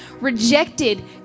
rejected